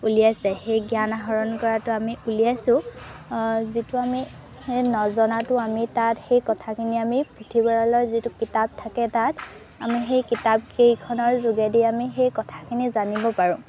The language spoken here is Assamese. ওলিয়াইছে সেই জ্ঞান আহৰণ কৰাটো আমি উলিয়াইছোঁ যিটো আমি নজনাতো আমি তাত সেই কথাখিনি আমি পুথিভঁৰালৰ যিটো কিতাপ থাকে তাত আমি সেই কিতাপকেইখনৰ যোগেদি আমি সেই কথাখিনি জানিব পাৰোঁ